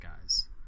guys